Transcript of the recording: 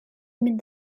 mynd